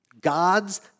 God's